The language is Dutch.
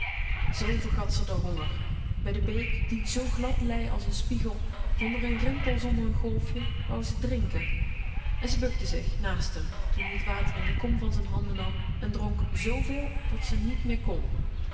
zoo vergat ze r honger bij de beek die zoo glad lei als een spiegel zonder n rimpel zonder n golfje wou ze drinken en ze bukte zich naast m toen-ie t water in de kom van z'n handen nam en dronk zooveel dat ze niet meer kon